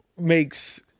makes